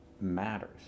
matters